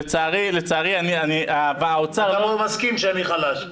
לצערי --- ואתה לא מסכים שאני חלש.